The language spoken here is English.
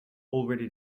already